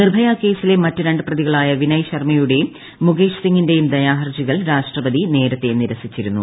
നിർഭയ കേസിലെ മറ്റ് രണ്ട് പ്രതികളായ വിനയ് ശർമ്മയുടെയും മുകേഷ് സിംഗിന്റെയും ദയാഹർജികൾ രാഷ്ട്രപതി നേര്ക്കത്തെ നിരസിച്ചിരുന്നു